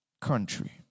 country